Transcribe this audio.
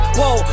whoa